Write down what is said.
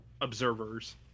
observers